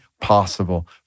possible